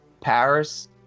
Paris